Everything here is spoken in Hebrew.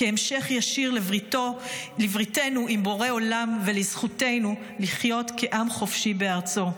כהמשך ישיר לבריתנו עם בורא עולם ולזכותנו לחיות כעם חופשי בארצו.